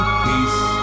peace